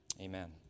Amen